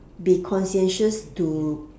be conscientious to